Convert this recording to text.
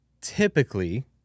typically